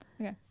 Okay